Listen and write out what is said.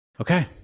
Okay